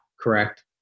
correct